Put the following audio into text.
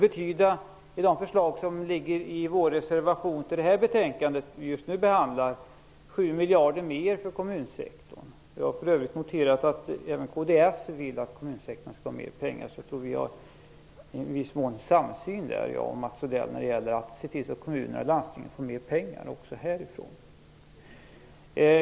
Med förslagen i vår reservation till det här betänkandet skulle det betyda 7 miljarder mer för kommunsektorn. Jag har för övrigt noterat att även kds vill att kommunsektorn skall ha mer pengar. Jag tror därför att Mats Odell och jag har en viss samsyn när det gäller betydelsen av att se till så att kommuner och landsting får mer pengar också härifrån.